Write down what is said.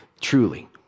truly